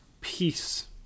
peace